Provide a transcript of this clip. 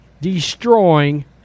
destroying